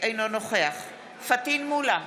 אינו נוכח פטין מולא,